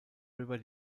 river